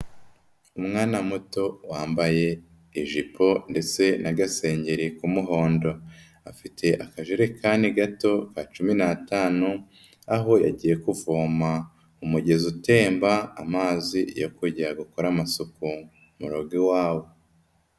Umwana muto wambaye ijipo ndetse n'agasengeri k'umuhondo, afite akajerekani gato ka cumi n'atanu aho yagiye kuvoma mu mugezi utemba amazi yo kujya gukora amasuku mu rugo iwabo.